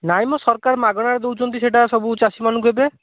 ନାହିଁ ମ ସରକାର ମାଗଣାରେ ଦେଉଛନ୍ତି ସେଇଟା ସବୁ ଚାଷୀମାନଙ୍କୁ ଏବେ